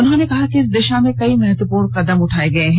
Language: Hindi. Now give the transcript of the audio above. उन्होंने कहा कि इस दिशा में कई महत्वपूर्ण कदम उठाए गए हैं